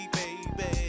baby